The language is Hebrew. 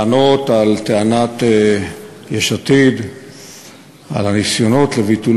לענות על טענת יש עתיד על הניסיונות לביטול